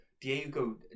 Diego